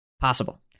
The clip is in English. Possible